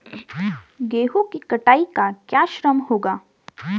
गेहूँ की कटाई का क्या श्रम होगा?